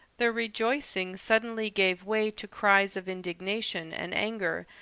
the rejoicing suddenly gave way to cries of indignation and anger,